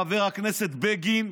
חבר הכנסת בגין,